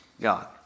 God